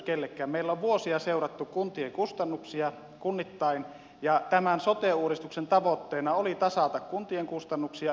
meillä on vuosia seurattu kuntien kustannuksia kunnittain ja tämän sote uudistuksen tavoitteena oli tasata kuntien kustannuksia yhteisvastuullisesti